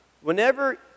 whenever